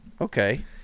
okay